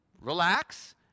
relax